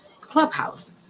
Clubhouse